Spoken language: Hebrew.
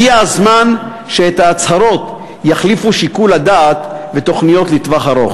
הגיע הזמן שאת ההצהרות יחליפו שיקול הדעת ותוכניות לטווח ארוך.